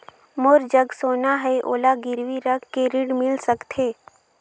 मोर जग सोना है ओला गिरवी रख के ऋण मिल सकथे?